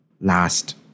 last